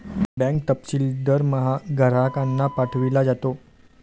bank तपशील दरमहा ग्राहकांना पाठविला जातो